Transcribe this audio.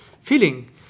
Feeling